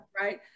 right